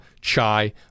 chai